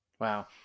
Wow